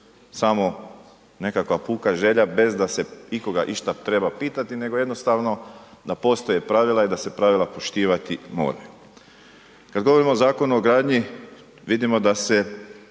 samo nekakva puka želja bez da se ikoga išta treba pitati, nego jednostavno da postoje pravila i da se pravila poštivati moraju. Kad govorimo o Zakonu o gradnji, vidimo da se